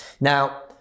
Now